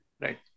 right